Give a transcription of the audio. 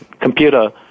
computer